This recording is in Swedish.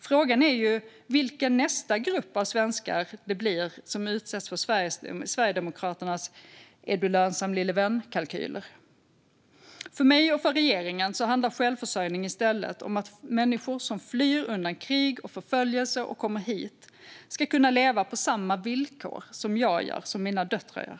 Frågan är vilken nästa grupp av svenskar det blir som utsätts för Sverigedemokraternas är-du-lönsam-lille-vän-kalkyler. För mig och för regeringen handlar självförsörjning i stället om att människor som flyr hit undan krig och förföljelse ska kunna leva på samma villkor som jag gör och som mina döttrar gör.